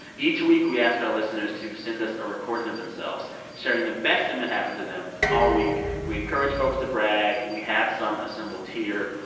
each week, we ask our listeners to send us a recording of themselves sharing the best thing that happened to them all week. we encourage folks to brag. we have some assembled here.